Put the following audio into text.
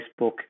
facebook